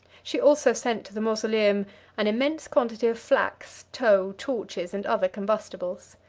she also sent to the mausoleum an immense quantity of flax, tow, torches, and other combustibles.